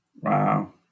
Wow